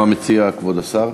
מה מציע כבוד השר?